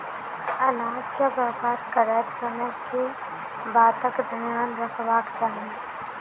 अनाज केँ व्यापार करैत समय केँ बातक ध्यान रखबाक चाहि?